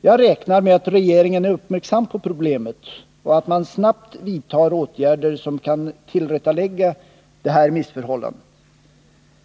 Jag räknar med att regeringen är uppmärksam på problemet och att man snabbt vidtar åtgärder som kan tillrättalägga detta missförhållande.